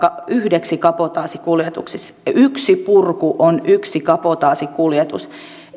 yhdeksi kabotaasikuljetukseksi yksi purku on yksi kabotaasikuljetus